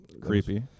Creepy